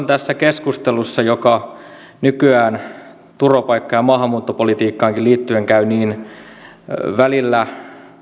tässä keskustelussa joka nykyään turvapaikka ja maahanmuuttopolitiikkaankin liittyen käy välillä